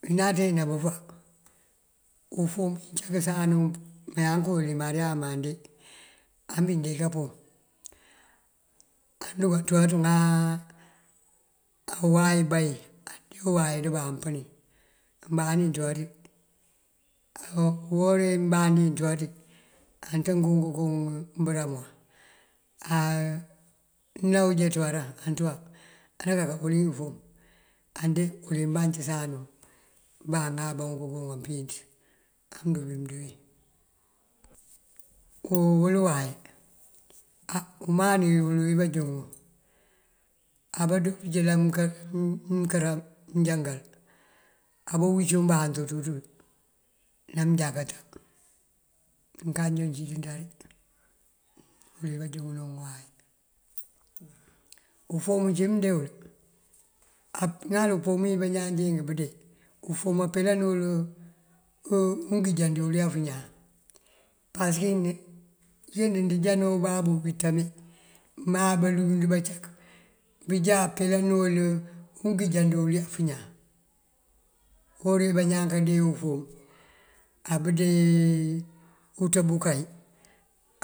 Bí nanţee ná bëfá, unfom yëkësan wun, mayank wël dí mariama andee. Anbí dee kápom unduka ţúuwa ţun áa uway báyink, andee uway andëmba pëni. Ambandí enţúuwa ţí, uwora uwí mbandí enţúuwaţun atënki ngënku mbëram mun, amënaw jeen ţúuwaran anţúuwar anakaka kur unfom andee uwël wí bancësan wun. Ambá aŋabá kënko ampíinţ amëndu mëndúuwin. Á uwël uway á umani uwël wí banjúŋ wun abandoo bënjílan mënkër mënjankal abafuc ambatú ţú ţël ná mënjákata, mënkajan cíţ nţari uwël uwí banjúŋ ná wun uway. Ufom uncí dee mul, ŋal umpom uwí bañaan cink bundee, ufom apeelan uwël mënginjan dí ulef ñaan. Pasëkin uncínd ndënjá dí ubabú vitamin má balund bacak bënjá apelan wël mënginjan dí ulef ñaan. Uwora uwí bañaan këndee ufom, abundee uţëb unkay,